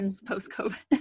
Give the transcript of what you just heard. post-COVID